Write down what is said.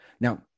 Now